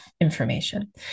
information